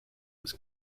was